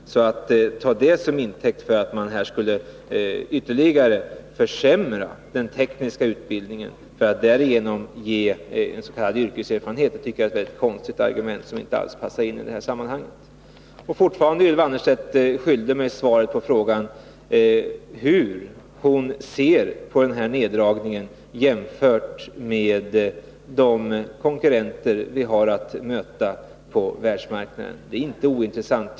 Att säga att man med det här skall ge eleverna yrkeserfarenhet och ta detta till intäkt för att försämra den tekniska utbildningen tycker jag är ett konstigt argument, som inte alls passar in i det här sammanhanget. Ylva Annerstedt är fortfarande skyldig mig svar på frågan om hur hon ser på den här neddragningen vid en jämförelse mellan de svenska teknikerna och de konkurrenter de har att möta på världsmarknaden. Det är inte ointressant.